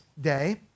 day